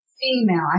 female